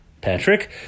Patrick